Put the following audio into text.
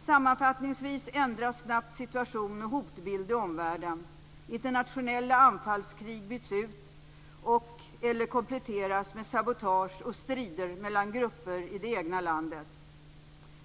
Sammanfattningsvis ändras snabbt situation och hotbild i omvärlden. Internationella anfallskrig byts ut och/eller kompletteras med sabotage och strider mellan grupper i det egna landet.